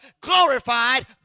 glorified